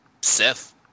Seth